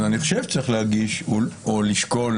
אני חושב אני שצריך להגיש או לשקול